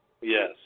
Yes